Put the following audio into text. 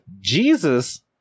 Jesus